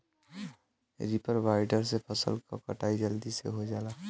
reaper binder से फसल क कटाई जलदी से हो जाला